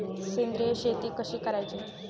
सेंद्रिय शेती कशी करायची?